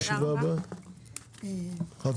הישיבה ננעלה בשעה 10:50.